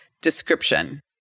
description